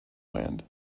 land